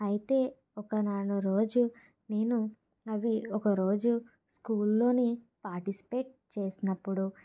అయితే ఒక రోజు నేను అవి ఒక రోజు స్కూల్లోని పాటిస్పేట్ చేసినప్పుడు